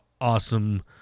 awesome